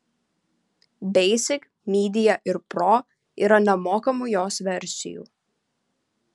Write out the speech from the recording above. basic media ir pro yra nemokamų jos versijų